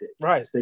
right